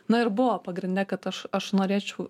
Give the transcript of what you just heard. na ir buvo pagrindine kad aš aš norėčiau